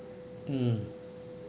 mm